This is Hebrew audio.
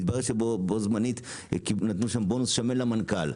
התברר שבו זמנית נתנו שם בונוס שמן למנכ"ל,